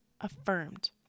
affirmed